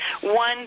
One